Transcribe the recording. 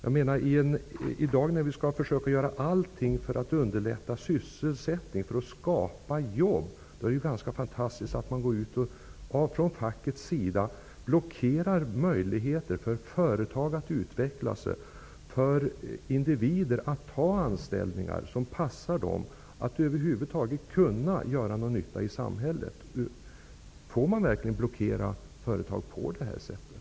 I dag, när allting skall göras för att underlätta sysselsättning och för att skapa jobb, är det ganska fantastiskt att facket blockerar möjligheterna för företag att utvecklas och för individer att ta anställningar som passar dem och därigenom över huvud taget kunna göra någon nytta i samhället. Får man verkligen blockera företag på det här sättet?